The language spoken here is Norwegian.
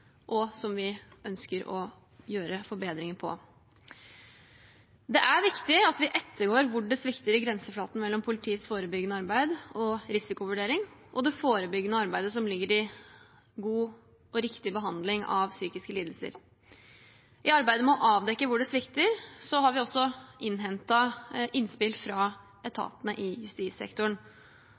og som vi ønsker å gjøre forbedringer på. Det er viktig at vi ettergår hvor det svikter i grenseflaten mellom politiets forebyggende arbeid og risikovurdering og det forebyggende arbeidet som ligger i god og riktig behandling av psykiske lidelser. I arbeidet med å avdekke hvor det svikter, har vi også innhentet innspill fra etatene i justissektoren,